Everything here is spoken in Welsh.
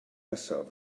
nesaf